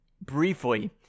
briefly